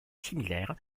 similaire